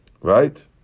right